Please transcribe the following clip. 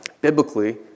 Biblically